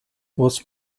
was